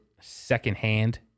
secondhand